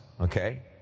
okay